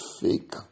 fake